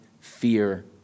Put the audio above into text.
fear